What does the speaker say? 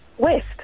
West